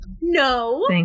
No